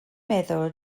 meddwl